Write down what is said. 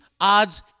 odds